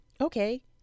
Okay